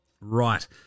Right